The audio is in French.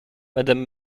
madame